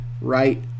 right